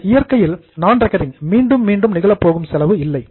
இவை இயற்கையில் நான் ரெகரிங் மீண்டும் மீண்டும் நிகழப்போகும் செலவு இல்லை